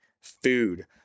food